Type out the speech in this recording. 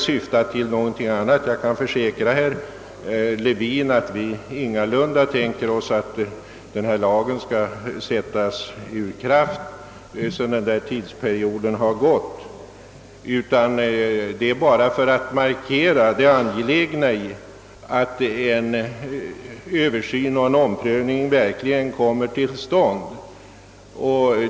Något annat har vi inte syftat till — jag kan försäkra herr Levin att vi ingalunda tänker oss att lagen skall sättas ur kraft då denna tidsperiod förflutit. Vi vill med vårt förslag bara markera det angelägna i att en översyn och en omprövning verkligen kommer till stånd.